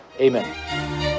Amen